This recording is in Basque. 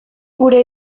gure